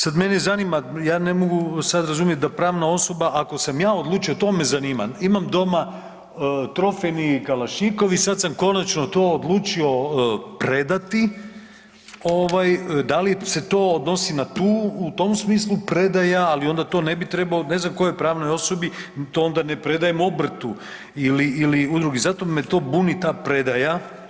Sad mene zanima, ja ne mogu sad razumjet da pravna osoba ako sam ja odlučio, to me zanima, imam doma trofejni kalašnjikov i sad sam konačno to odlučio predati ovaj da li se to odnosi na tu, u tom smislu predaja, ali onda to ne bi trebao, ne znam kojoj pravnoj osobi, to onda ne predajem obrtu ili, ili udrugi, zato me to buni ta predaja.